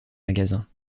magasins